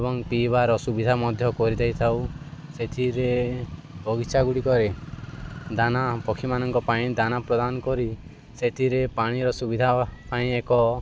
ଏବଂ ପିଇବାର ଅସୁବିଧା ମଧ୍ୟ କରିଦେଇଥାଉ ସେଥିରେ ବଗିଚା ଗୁଡ଼ିକରେ ଦାନା ପକ୍ଷୀମାନଙ୍କ ପାଇଁ ଦାନା ପ୍ରଦାନ କରି ସେଥିରେ ପାଣିର ସୁବିଧା ପାଇଁ ଏକ